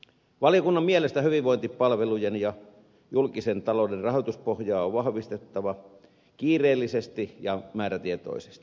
valiokunnan mielestä hyvinvointipalvelujen ja julkisen talouden rahoituspohjaa on vahvistettava kiireellisesti ja määrätietoisesti